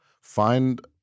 Find